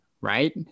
right